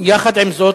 יחד עם זאת,